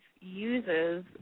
Uses